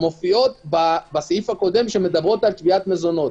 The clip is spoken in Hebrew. מופיעות בסעיף הקודם שמדברות על תביעת מזונות.